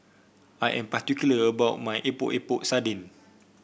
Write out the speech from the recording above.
I am particular about my Epok Epok Sardin